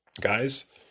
guys